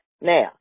Now